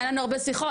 היו לנו הרבה שיחות,